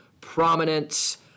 prominence